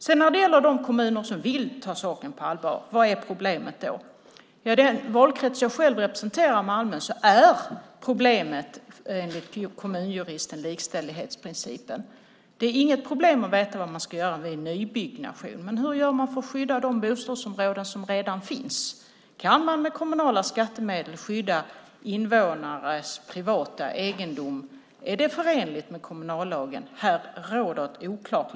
När det sedan gäller de kommuner som vill ta saken på allvar undrar jag vad som är problemet. I den valkrets som jag själv representerar, Malmö, är problemet enligt kommunjuristen likställighetsprincipen. Det är inget problem att veta vad man ska göra vid nybyggnation. Men hur gör man för att skydda de bostadsområden som redan finns? Kan man med kommunala skattemedel skydda invånares privata egendom? Är det förenligt med kommunallagen? Här är läget oklart.